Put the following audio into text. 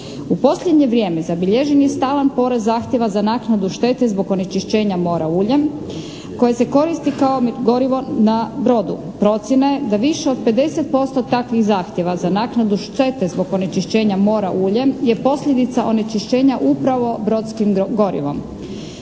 U posljednje vrijeme zabilježen je stalan porast zahtjeva za naknadu štete zbog onečišćenja mora uljem koje se koristi kao gorivo na brodu. Procjena je da više od 50% takvih zahtjeva za naknadu štete zbog onečišćenja mora uljem je posljedica onečišćenja upravo brodskim gorivom.